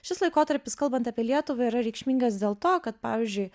šis laikotarpis kalbant apie lietuvą yra reikšmingas dėl to kad pavyzdžiui